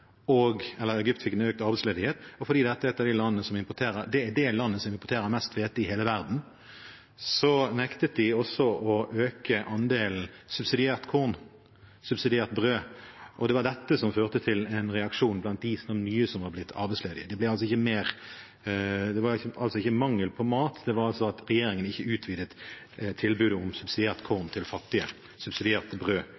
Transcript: Fordi dette er det landet som importerer mest hvete i hele verden, nektet de å øke andelen subsidiert korn, subsidiert brød. Det var dette som førte til en reaksjon blant de nye som var blitt arbeidsledige. Det var altså ikke mangel på mat, det var at regjeringen ikke utvidet tilbudet om